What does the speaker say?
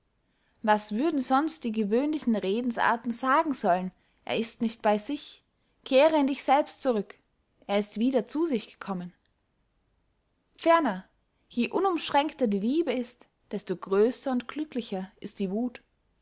was würden sonst die gewöhnlichen redensarten sagen wollen er ist nicht bey sich kehre in dich selbst zurück er ist wieder zu sich gekommen ferner je unumschränkter die liebe ist desto grösser und glücklicher ist die wuth